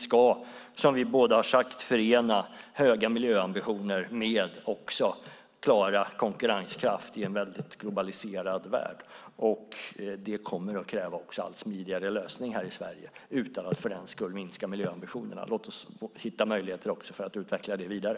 Som vi båda har sagt ska vi förena höga miljöambitioner med konkurrenskraft i en alltmer globaliserad värld. Det kommer att kräva smidigare lösningar här i Sverige utan att vi för den skull minskar miljöambitionerna. Låt oss hitta möjligheter för att utveckla detta vidare.